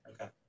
okay